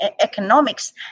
economics